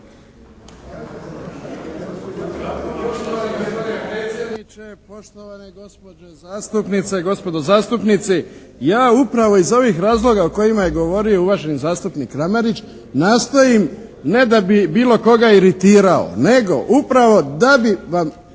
poštovane gospođe zastupnice, gospodo zastupnici. Ja upravo iz ovih razloga o kojima je govorio uvaženi zastupnik Kramarić nastojim ne da bi bilo koga iritirao nego upravo da bi vam